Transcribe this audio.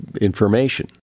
information